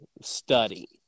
study